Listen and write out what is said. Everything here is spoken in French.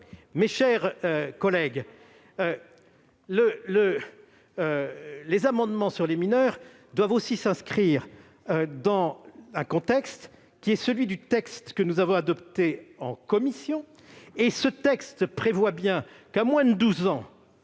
Mes chers collègues, tous les amendements ayant trait aux mineurs doivent aussi s'inscrire dans un contexte qui est celui du texte que nous avons adopté en commission. Or ce texte prévoit bien que l'on